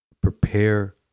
Prepare